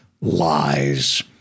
lies